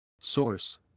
Source